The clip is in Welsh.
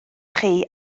chi